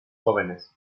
jóvenes